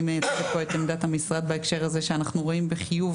אני מייצגת פה את עמדת המשרד בהקשר הזה שאנחנו רואים בחיוב